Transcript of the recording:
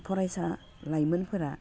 फरायसा लाइमोनफोरा